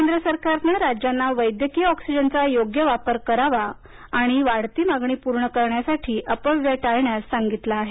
केंद्र सरकारने राज्यांना वैद्यकीय ऑक्सिजनचा योग्य वापर करावा आणि वाढत्या मागण्या पूर्ण करण्यासाठी होणारा अपव्यय टाळण्यास सांगितलं आहे